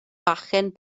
fachgen